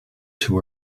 too